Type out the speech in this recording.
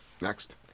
next